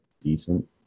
decent